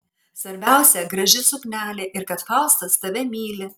svarbiausia graži suknelė ir kad faustas tave myli